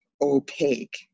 opaque